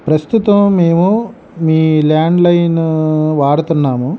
ప్రస్తుతం మేము మీ ల్యాండ్లైన్ వాడుతున్నాము